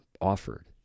offered